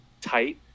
tight